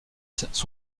sont